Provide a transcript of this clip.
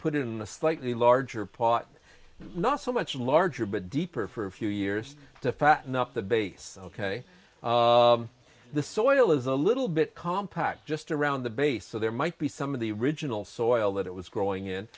put it in a slightly larger pot not so much larger but deeper for a few years to fatten up the base ok the soil is a little bit compact just around the base so there might be some of the original soil that it was growing in